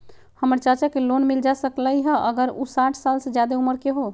हमर चाचा के लोन मिल जा सकलई ह अगर उ साठ साल से जादे उमर के हों?